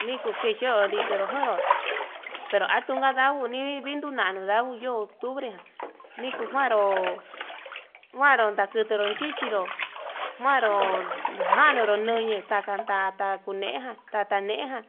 Nikukeyo'o niku ketoro tonro pero atunga ndanguo nii, nivindu nanu ndanguo yo'ó octubre niko njuaro njuanru datuturo chichinro njuanro njanuru yunu ta'a, takantara kuneján tatanejan